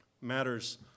matters